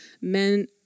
men